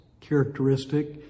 characteristic